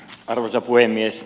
arvoisa puhemies